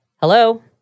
Hello